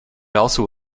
also